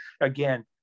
again